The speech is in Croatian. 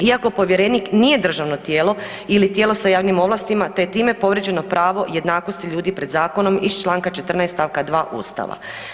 Iako povjerenik nije državno tijelo ili sa javnim ovlastima te je time povrijeđeno pravo jednakosti ljudi pred zakonom iz čl. 14. stavka 2. Ustava.